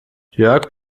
jörg